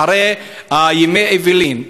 אחרי ימי האבלים,